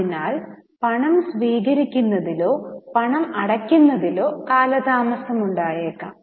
അതിനാൽ പണം സ്വീകരിക്കുന്നതിലോ പണമടയ്ക്കുന്നതിലോ കാലതാമസമുണ്ടായേക്കാം